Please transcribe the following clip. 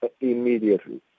immediately